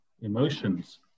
emotions